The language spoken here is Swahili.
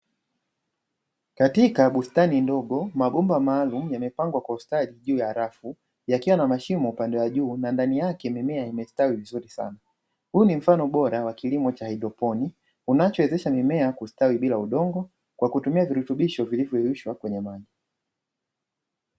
Katika bustani ndogo mabomba maalumu yamepangwa kwa austadi juu ya rafu, yakiwa na mashimo upande wa juu na ndani yake mimea imestawi vizuri sana, huu ni mfano bora wa kilimo cha haidroponi unachowezesha mimea kustawi bila udongo, kwa kutumia virutubisho vilivyohuishwa kwenye maji.